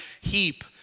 heap